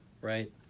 right